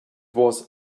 was